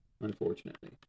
unfortunately